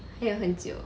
还有很久